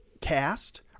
cast